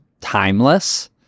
timeless